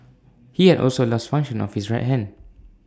he had also lost function of his right hand